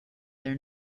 their